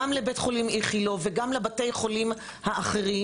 גם לבית החולים ׳איכילוב׳ וגם לבתי החולים האחרים,